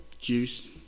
juice